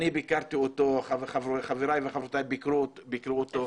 אני ביקרתי אותו, חבריי וחברותיי ביקרו אותו,